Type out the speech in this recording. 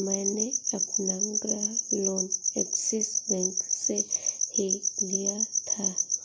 मैंने अपना गृह लोन ऐक्सिस बैंक से ही लिया था